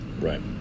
Right